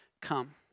come